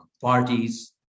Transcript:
parties